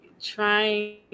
trying